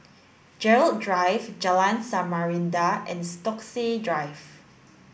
Gerald Drive Jalan Samarinda and Stokesay Drive